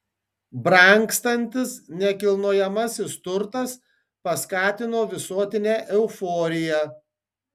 brangstantis nekilnojamasis turtas paskatino visuotinę euforiją